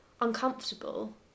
uncomfortable